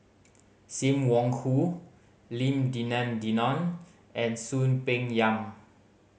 Sim Wong Hoo Lim Denan Denon and Soon Peng Yam